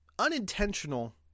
unintentional